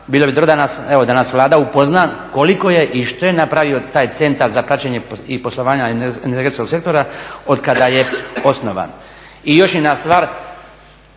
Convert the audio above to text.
bilo bi dobro da nas evo Vlada upozna koliko je i što je napravio taj Centar za praćenje poslovanja energetskog sektora od kada je osnovan. I još jedna stvar,